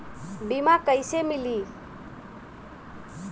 बीमा कैसे मिली?